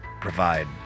provide